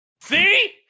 See